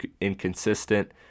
inconsistent